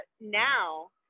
now